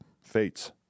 fates